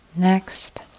Next